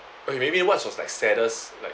okay maybe what's was like saddest like